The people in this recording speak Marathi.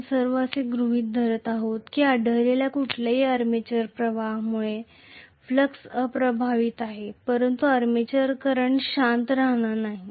आपण सर्व असे गृहीत धरत आहोत की ओढलेल्या कुठल्याही आर्मेचर प्रवाहामुळे फ्लॅक्स अप्रभावित आहे परंतु आर्मेचर करंट शांत राहणार नाही